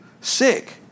sick